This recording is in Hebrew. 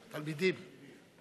התלמידים.